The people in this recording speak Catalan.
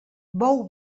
bou